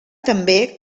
també